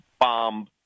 bomb